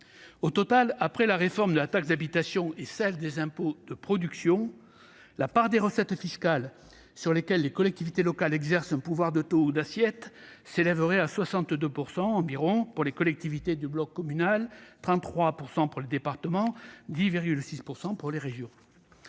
Au total, après la réforme de la taxe d'habitation et celle des impôts de production, la part des recettes fiscales sur lesquelles les collectivités locales exercent un pouvoir de taux ou d'assiette s'élèverait à environ 62 % pour les collectivités du bloc communal, 33 % pour les départements et 10,6 % pour les régions.